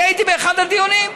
אני הייתי באחד הדיונים.